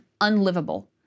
unlivable